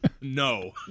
No